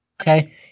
okay